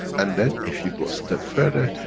and then, if you go a step further,